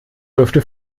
dürfte